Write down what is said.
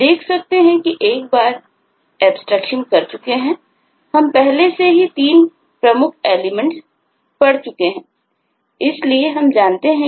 हम देख सकते हैं कि एक बार एब्स्ट्रेक्शन है